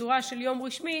בצורה של יום רשמי,